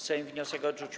Sejm wniosek odrzucił.